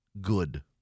Good